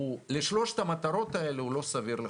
לשלושת המטרות האלה הוא לא סביר לחלוטין.